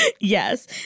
yes